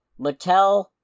Mattel